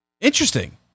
Interesting